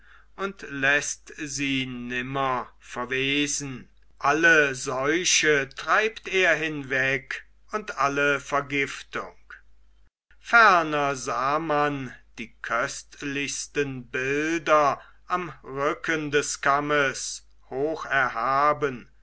und läßt sie nimmer verwesen alle seuche treibt er hinweg und alle vergiftung ferner sah man die köstlichsten bilder am rücken des kammes